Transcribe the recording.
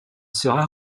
sera